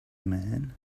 man